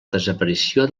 desaparició